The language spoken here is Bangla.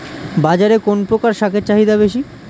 বাজারে কোন প্রকার শাকের চাহিদা বেশী?